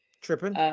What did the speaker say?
tripping